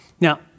Now